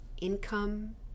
income